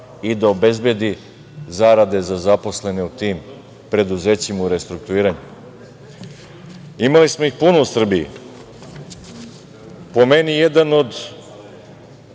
i da obezbedi zarade za zaposlene u tim preduzećima u restrukturiranju. Imali smo ih puno u Srbiji. Po meni jedan od